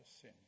sin